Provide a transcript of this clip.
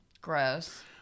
Gross